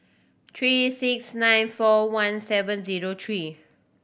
three six nine four one seven zero three